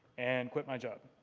and quit my job.